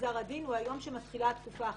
גזר הדין הוא היום שמתחילה התקופה החדשה.